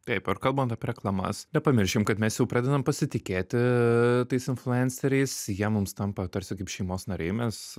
taip ir kalbant apie reklamas nepamirškim kad mes jau pradedam pasitikėti tais influenceriais jie mums tampa tarsi kaip šeimos nariai mes